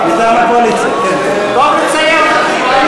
טוב לציין זאת.